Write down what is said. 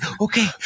okay